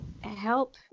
help